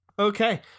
Okay